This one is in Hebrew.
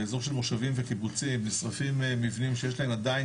באזור של מושבים וקיבוצים נשרפים מבנים שיש להם עדיין